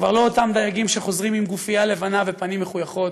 כבר לא אותם דייגים שחוזרים עם גופייה לבנה ופנים מחויכות,